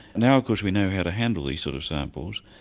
now of course we know how to handle these sort of samples,